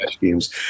games